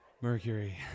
Mercury